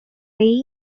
lay